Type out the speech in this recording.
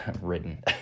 written